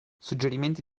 suggerimenti